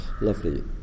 lovely